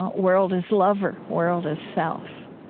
ah world is lover. world is self.